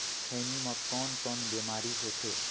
खैनी म कौन कौन बीमारी होथे?